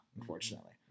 unfortunately